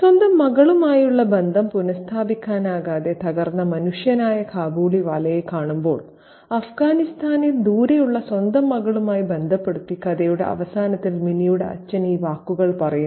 സ്വന്തം മകളുമായുള്ള ബന്ധം പുനഃസ്ഥാപിക്കാനാകാതെ തകർന്ന മനുഷ്യനായ കാബൂളിവാലയെ കാണുമ്പോൾ അഫ്ഗാനിസ്ഥാനിൽ ദൂരെയുള്ള സ്വന്തം മകളുമായി ബന്ധപ്പെടുത്തി കഥയുടെ അവസാനത്തിൽ മിനിയുടെ അച്ഛൻ ഈ വാക്കുകൾ പറയുന്നു